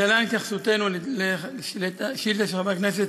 להלן התייחסותנו לשאילתה של חבר הכנסת